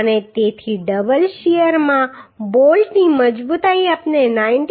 અને તેથી ડબલ શીયરમાં બોલ્ટની મજબૂતાઈ આપણે 90